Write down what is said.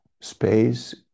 space